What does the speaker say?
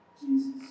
Jesus